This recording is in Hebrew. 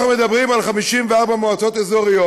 אנחנו מדברים על 54 מועצות אזוריות,